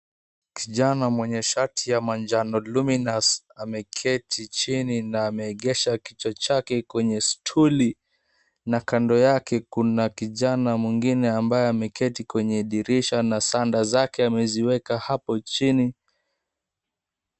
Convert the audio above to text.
Kijana mwenye shati ya manjano luminous ameketi chini na ameegesha kichwa chake kwenye stuli na kando yake kuna kijana mwingine ambaye ameketi kwenye dirisha na sanda zake ameziweka hapo chini.